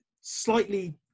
Slightly